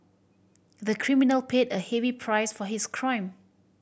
the criminal paid a heavy price for his crime